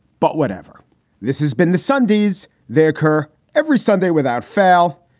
but whatever this has been, the sundays, they occur every sunday without fail,